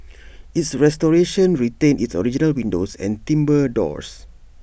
its restoration retained its original windows and timbre doors